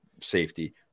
safety